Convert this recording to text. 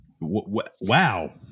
Wow